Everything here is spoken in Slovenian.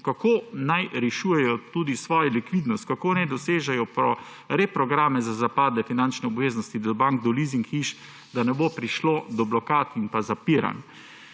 kako naj rešujejo tudi svojo likvidnost, kako naj dosežejo reprograme za zapadle finančne obveznosti do bank, do leasing hiš, da ne bo prišlo do blokad in do zapiranj.